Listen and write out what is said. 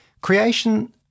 Creation